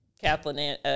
Kathleen